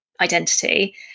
identity